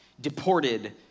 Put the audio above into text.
deported